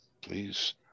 please